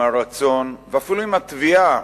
עם הרצון ואפילו עם התביעה